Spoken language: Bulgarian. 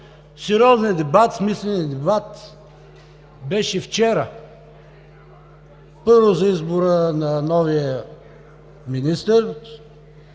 Сериозният дебат, смисленият дебат беше вчера, първо, за избора на новия министър